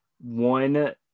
one